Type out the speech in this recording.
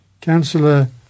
Councillor